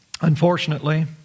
unfortunately